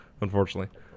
unfortunately